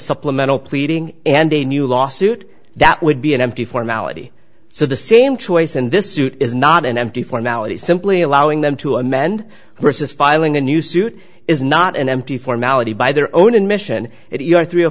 supplemental pleading and a new lawsuit that would be an empty formality so the same choice in this suit is not an empty formality simply allowing them to amend versus filing a new suit is not an empty formality by their own admission if you are three or